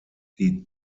die